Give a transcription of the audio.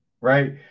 right